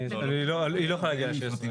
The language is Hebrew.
היא לא יכולה להגיע ל-16.